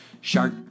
Shark